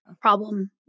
problem